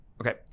okay